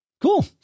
cool